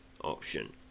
Option